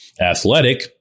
athletic